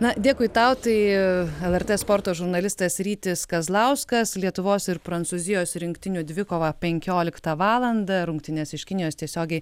na dėkui tau tai lrt sporto žurnalistas rytis kazlauskas lietuvos ir prancūzijos rinktinių dvikova penkioliktą valandą rungtynes iš kinijos tiesiogiai